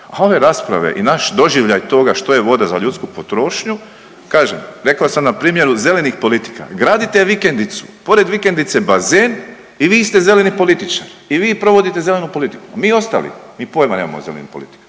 a ove rasprave i naš doživljaj toga što je voda za ljudsku potrošnju kažem, rekao sam na primjeru zelenih politika, gradite vikendicu, pored vikendice bazen i vi ste zeleni političar i vi provodite zelenu politiku, a mi ostali mi pojma nemamo o zelenim politikama,